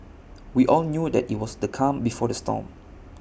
we all knew that IT was the calm before the storm